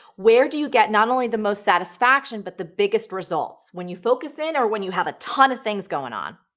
where do you get not only the most satisfaction, but the biggest results? when you focus in or when you have a ton of things going on?